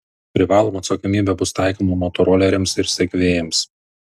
privaloma atsakomybė bus taikoma motoroleriams ir segvėjams